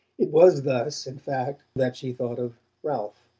it was thus, in fact, that she thought of ralph.